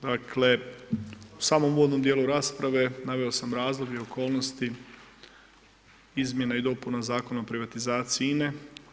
Dakle, u samom uvodnom dijelu rasprave naveo sam razloge i okolnosti Izmjena i dopuna Zakona o privatizaciji INA-e.